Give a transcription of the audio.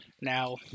Now